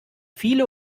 viele